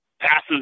passes